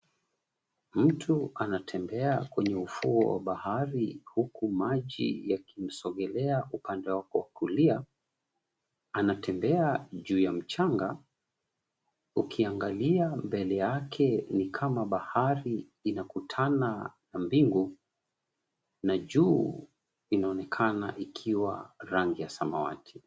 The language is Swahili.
Mtu anatembea kwenye ufuo wa bahari huku maji yakimsogelea upande wake wa kulia. Anatembea juu ya mchanga. Ukiangalia mbele yake ni kama bahari inakutana na mbingu na juu inaonekana ikiwa rangi ya samawati.